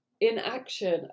inaction